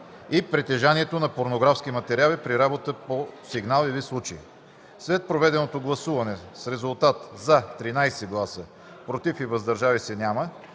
и притежанието на порнографски материали при работа по сигнал или случай. След проведеното гласуване с резултат: „за” 13 гласа, без „против” и „въздържали се”